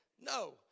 No